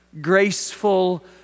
graceful